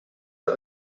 der